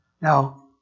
Now